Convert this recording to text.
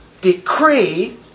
decree